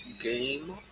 game